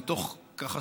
ככה,